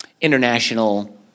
International